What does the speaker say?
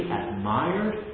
admired